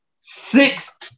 six